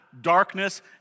darkness